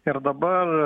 ir dabar